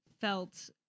felt